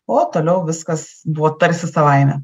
o toliau viskas buvo tarsi savaime